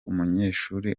umunyeshuri